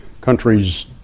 countries